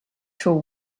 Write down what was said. till